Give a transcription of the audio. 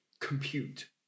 compute